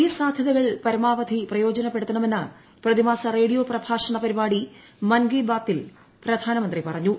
ഈ സാധ്യതകൾ പരമാവധി പ്രയോജനപ്പെടുത്തണമെന്ന് പ്രതിമാസ റേഡിയോ പ്രഭാഷണ പരിപാടി മൻകീ ബാത്തിൽ പ്രധാനമന്ത്രി പറഞ്ഞു